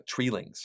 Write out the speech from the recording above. Treelings